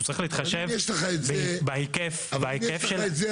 הוא צריך להתחשב בהיקף --- אבל אם יש לך את זה,